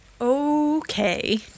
Okay